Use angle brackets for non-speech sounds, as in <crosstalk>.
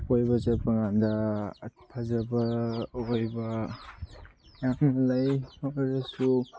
ꯀꯣꯏꯕ ꯆꯠꯄꯀꯥꯟꯗ ꯐꯖꯕ ꯑꯣꯏꯕ <unintelligible>